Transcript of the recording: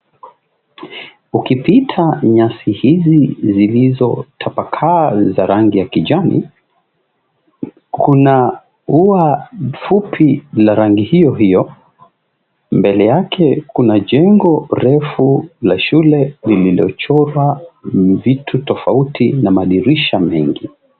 Ukipita nyasi hizi zilizotapakaa za rangi ya kijani, kuna ua fupi la rangi hiyo hiyo. Mbele yake kuna jengo refu la shule lililochorwa nzitu tofauti na madirisha mengi.